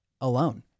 alone